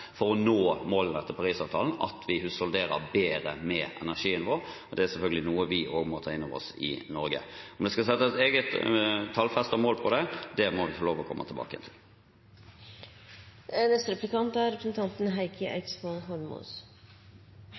for å nå målene etter Paris-avtalen er at vi husholderer bedre med energien vår. Det er selvfølgelig noe vi i Norge også må ta inn over oss. Om vi skal sette et eget, tallfestet mål for det, må vi få lov til å komme tilbake til. Jeg er alltid glad for muligheten til